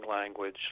language